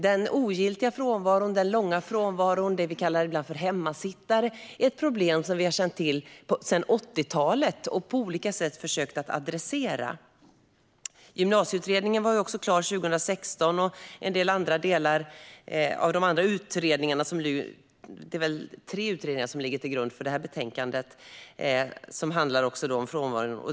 Den ogiltiga frånvaron, den långa frånvaron - de elever vi ibland kallar för hemmasittare - är ett problem vi har känt till sedan 80-talet och på olika sätt försökt att adressera. Gymnasieutredningen var klar 2016, och det är tre utredningar som ligger till grund för det här betänkandet som också handlar om frånvaron.